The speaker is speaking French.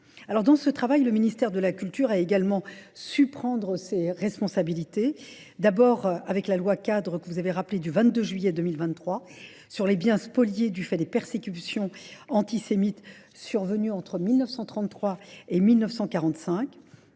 Dans ce travail, le ministère de la Culture a également su prendre ses responsabilités, d'abord avec la loi cadre que vous avez rappelé du 22 juillet 2023, sur les biens spoliés du fait des persécutions antisémites survenues entre 1933 et 1945,